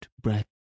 breath